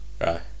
Right